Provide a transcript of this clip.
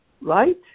right